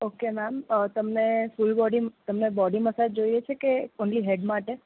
okay ma'am તમને full body તમને body massage જોઈએ છે કે ઓન્લી હેડ માટે